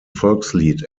volkslied